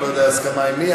אני לא יודע הסכמה עם מי,